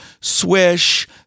swish